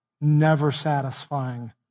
never-satisfying